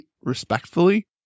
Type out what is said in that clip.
respectfully